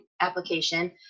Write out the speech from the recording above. application